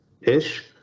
ish